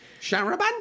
Sharaban